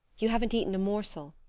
you haven't eaten a morsel.